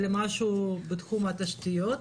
אלא מישהו בתחום התשתיות.